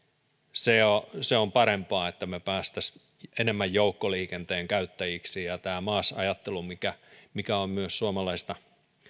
se on parempaa että pääsisimme enemmän joukkoliikenteen käyttäjiksi ja tämä maas ajattelu joka on myös suomalaista